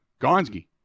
Gonski